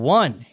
one